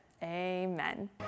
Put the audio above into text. Amen